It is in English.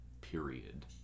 period